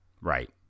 Right